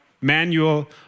manual